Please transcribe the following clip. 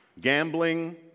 gambling